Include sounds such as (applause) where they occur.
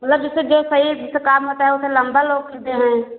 मतलब जैसे जो सही जैसे काम होता है उसे लम्बा (unintelligible) देते हैं